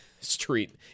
Street